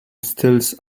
stills